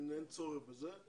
אין צורך בזה,